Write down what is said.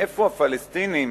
מאיפה הפלסטינים